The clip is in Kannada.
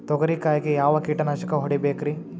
ತೊಗರಿ ಕಾಯಿಗೆ ಯಾವ ಕೀಟನಾಶಕ ಹೊಡಿಬೇಕರಿ?